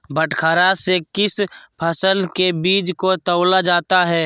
बटखरा से किस फसल के बीज को तौला जाता है?